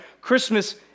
Christmas